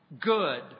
good